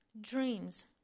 dreams